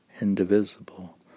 indivisible